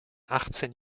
achtzehn